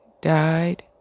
died